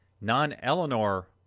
Non-Eleanor